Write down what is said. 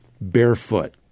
barefoot